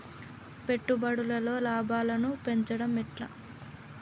పెట్టుబడులలో లాభాలను పెంచడం ఎట్లా?